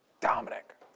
Dominic